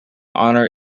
honour